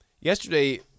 Yesterday